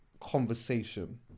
conversation